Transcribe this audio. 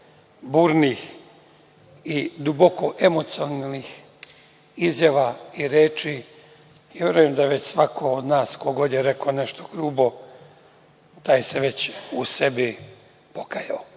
burnih i duboko emocionalnih izjava i reči i verujem da se svako od nas, ko god je rekao nešto grubo, već u sebi pokajao. Treba